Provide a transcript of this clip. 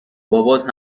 بابات